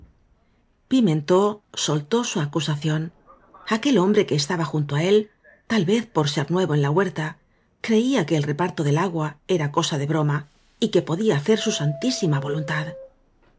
pimeiit soltó su acusación aquel hombre que estaba junto á él tal vez por ser nuevo en la huerta creía que el reparto del agua era cosa de broma y que podía hacer su santísi ma voluntad